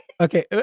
Okay